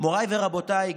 מוריי ורבותיי,